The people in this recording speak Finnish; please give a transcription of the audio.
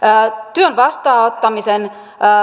työn vastaanottamisen